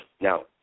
Now